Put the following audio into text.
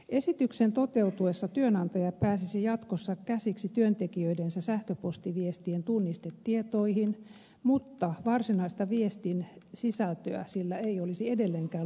esityksen toteutuessa työnantaja pääsisi jatkossa käsiksi työntekijöidensä sähköpostiviestien tunnistetietoihin mutta varsinaista viestin sisältöä sillä ei olisi edelleenkään lupa selvittää